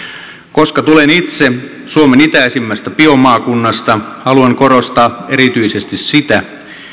koska tulen itse suomen itäisimmästä biomaakunnasta haluan korostaa erityisesti sitä